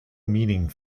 meaning